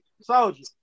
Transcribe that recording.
soldier